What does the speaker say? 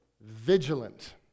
vigilant